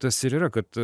tas ir yra kad